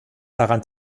daran